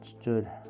stood